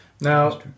Now